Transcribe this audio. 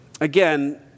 Again